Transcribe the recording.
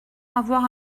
avoir